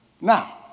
Now